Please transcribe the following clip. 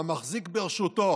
והמחזיק ברשותו